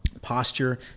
posture